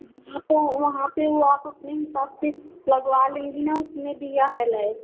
तो वहाँ पर वो आप अपने हिसाब से लगवा लेंगी न उसमें दिया हुआ है लाइव